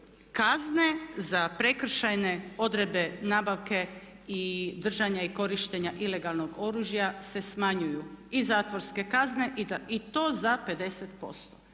kazne za prekršajne odredbe nabavke i držanja i korištenja ilegalnog oružja se smanjuju i zatvorske kazne i to za 50%.